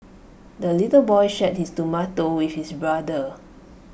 the little boy shared his tomato with his brother